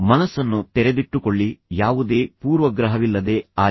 ಮನಸ್ಸನ್ನು ತೆರೆದಿಟ್ಟುಕೊಳ್ಳಿ ಯಾವುದೇ ಪೂರ್ವಗ್ರಹವಿಲ್ಲದೆ ಆಲಿಸಿ